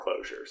closures